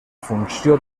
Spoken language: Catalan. funció